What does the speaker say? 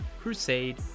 crusade